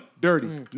Dirty